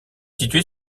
située